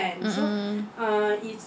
mm mm